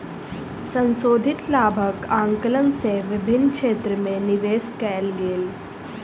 संशोधित लाभक आंकलन सँ विभिन्न क्षेत्र में निवेश कयल गेल